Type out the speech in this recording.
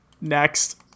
Next